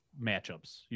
matchups